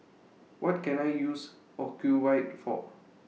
What Can I use Ocuvite For